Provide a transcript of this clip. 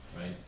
right